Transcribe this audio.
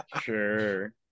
Sure